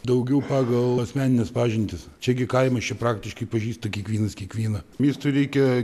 daugiau pagal asmenines pažintis čia gi kaimas čia praktiškai pažįsta kiekvienas kiekvieną miestui reikia